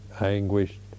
anguished